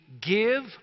give